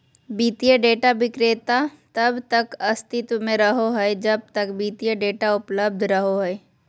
वित्तीय डेटा विक्रेता तब तक अस्तित्व में रहो हइ जब तक वित्तीय डेटा उपलब्ध रहो हइ